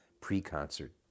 pre-concert